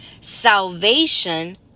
salvation